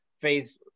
Phase